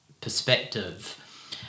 perspective